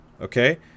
okay